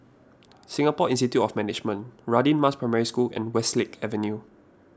Singapore Institute of Management Radin Mas Primary School and Westlake Avenue